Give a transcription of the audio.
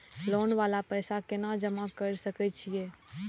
Loan वाला पैसा केना जमा कर सके छीये?